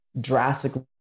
drastically